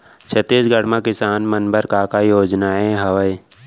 छत्तीसगढ़ म किसान मन बर का का योजनाएं हवय?